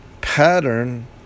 pattern